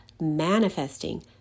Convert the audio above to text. manifesting